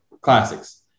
Classics